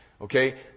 Okay